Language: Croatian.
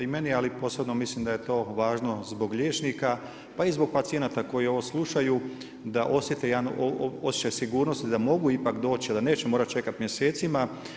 I meni, ali posebno mislim da je to važno zbog liječnika, pa i zbog pacijenata koji ovo slušaju, da osjete osjećaj sigurnosti, da mogu ipak doći a da neće morati čekati mjesecima.